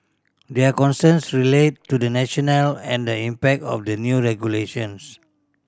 their concerns relate to the national and the impact of the new regulations